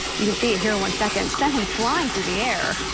you can see here one second sent him flying through the air.